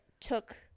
took